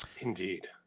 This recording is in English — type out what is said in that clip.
indeed